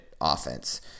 offense